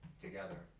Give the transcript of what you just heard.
Together